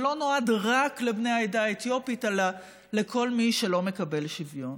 שלא נועד רק לבני העדה האתיופית אלא לכל מי שלא מקבל שוויון.